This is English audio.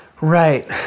Right